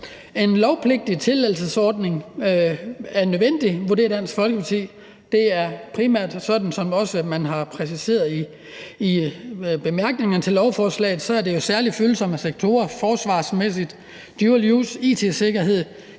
En lovpligtig tilladelsesordning er nødvendig, vurderer Dansk Folkeparti. Der er primært, som man også har præciseret det i bemærkningerne til lovforslaget, tale om særlig følsomme sektorer vedrørende forsvar, dual use, it-sikkerhed,